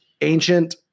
ancient